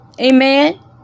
Amen